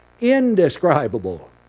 indescribable